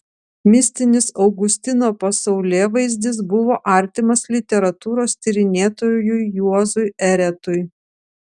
mistinis augustino pasaulėvaizdis buvo artimas literatūros tyrinėtojui juozui eretui